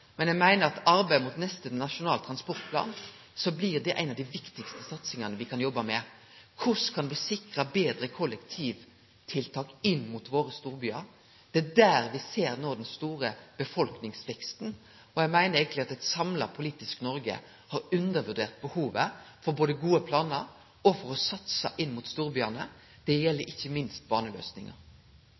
men eg meiner at dette blir ein av dei viktigaste satsingane i arbeidet med neste nasjonale transportplan: Korleis kan me sikre betre kollektivtiltak inn mot storbyane våre? Det er der me no ser den store befolkningsveksten. Eg meiner at eit samla politisk Noreg har undervurdert både behovet for gode planar og for å satse inn mot storbyane, og det gjeld ikkje minst